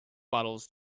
bottles